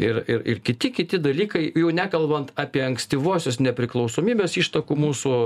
ir ir ir kiti kiti dalykai jau nekalbant apie ankstyvosios nepriklausomybės ištakų mūsų